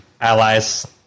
allies